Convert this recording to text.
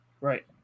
Right